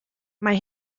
mae